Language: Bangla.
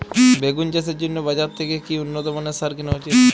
বেগুন চাষের জন্য বাজার থেকে কি উন্নত মানের সার কিনা উচিৎ?